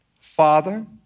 Father